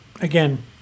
again